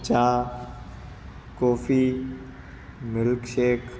ચા coffee milk શેક